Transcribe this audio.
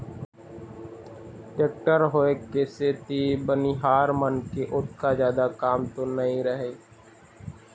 tractor होय के सेती बनिहार मन के ओतका जादा काम तो नइ रहय